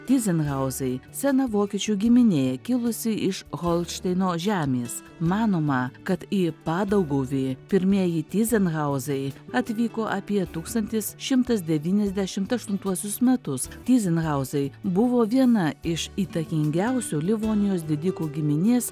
tyzenhauzai sena vokiečių giminė kilusi iš holšteino žemės manoma kad į padauguvį pirmieji tyzenhauzai atvyko apie tūkstantis šimtas devyniasdešimt aštuntuosius metus tyzenhauzai buvo viena iš įtakingiausių livonijos didikų giminės